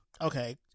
okay